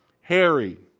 Harry